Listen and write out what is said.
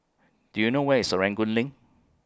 Do YOU know Where IS Serangoon LINK